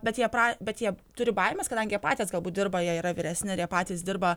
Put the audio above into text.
bet jie pra bet jie turi baimės kadangi jie patys galbūt dirba jie yra vyresni ir jie patys dirba